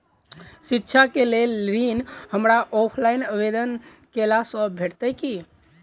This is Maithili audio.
शिक्षा केँ लेल ऋण, हमरा ऑफलाइन आवेदन कैला सँ भेटतय की?